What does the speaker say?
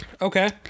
okay